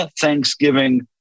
Thanksgiving